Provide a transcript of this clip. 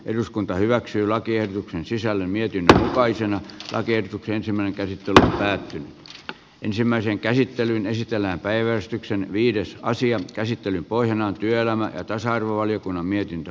eduskunta hyväksyy lakiehdotuksen sisällön mietintö jokaisena säätiedotukseen tämän käsitellä päättynyt ensimmäisen käsittelyn esitellä päivystyksen viidessä asian käsittelyn pohjana on työelämä ja tasa arvovaliokunnan mietintö